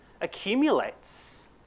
accumulates